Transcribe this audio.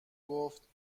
گفتخوب